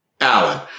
Alan